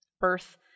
birth